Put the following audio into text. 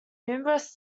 numerous